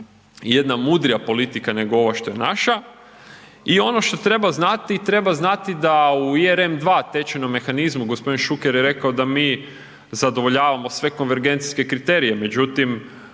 jedna mudrija politika nego ova što je naša i ono što treba znati, treba znati da u ERM II tečajnom mehanizmu, gospodin Šuker je rekao da mi zadovoljavamo sve konvergencijske kriterije, međutim